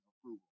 approval